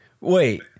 wait